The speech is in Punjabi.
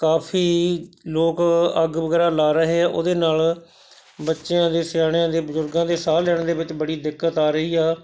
ਕਾਫ਼ੀ ਲੋਕ ਅੱਗ ਵਗੈਰਾ ਲਗਾ ਰਹੇ ਆ ਉਹਦੇ ਨਾਲ਼ ਬੱਚਿਆਂ ਦੇ ਸਿਆਣਿਆ ਦੇ ਬਜ਼ੁਰਗਾਂ ਦੇ ਸਾਹ ਲੈਣ ਦੇ ਵਿੱਚ ਬੜੀ ਦਿੱਕਤ ਆ ਰਹੀ ਆ